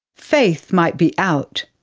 faith might be out,